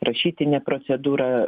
rašytinė procedūra